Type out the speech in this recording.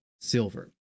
silver